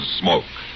smoke